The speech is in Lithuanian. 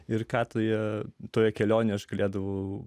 ir ką tu ją toje kelionėje aš galėdavau